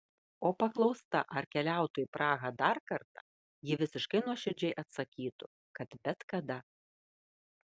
o paklausta ar keliautų į prahą dar kartą ji visiškai nuoširdžiai atsakytų kad bet kada